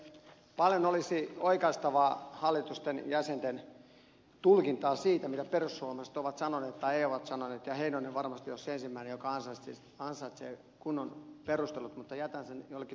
paljon olisi oikaistavaa hallituksen jäsenten tulkintaan siitä mitä perussuomalaiset ovat sanoneet tai eivät ole sanoneet ja heinonen varmasti olisi se ensimmäinen joka ansaitsee kunnon perustelut mutta jätän sen jollekin toiselle perussuomalaiselle